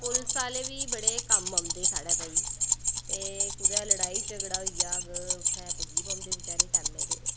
पुलस आह्ले बी बड़े कम्म औंदे साढ़ै भाई ते कुतै लड़ाई झगड़ा होई जाह्ग उत्थें पुज्जी पौंदे बेचारे टैमेै दे